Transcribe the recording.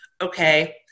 Okay